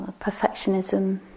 perfectionism